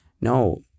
No